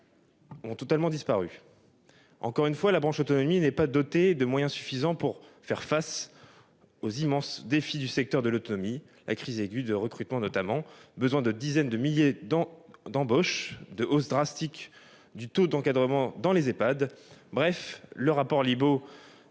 ont totalement disparu. Encore une fois, la branche autonomie n'est pas dotée de moyens suffisants pour faire face aux immenses défis du secteur de l'autonomie, notamment à la crise aiguë dans le recrutement. Nous avons besoin de dizaines de milliers d'embauches et d'une hausse drastique du taux d'encadrement dans les Ehpad. Le rapport